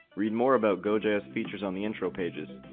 read more about gojs features on the intro pages,